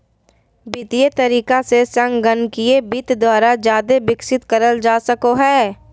वित्तीय तरीका से संगणकीय वित्त द्वारा जादे विकसित करल जा सको हय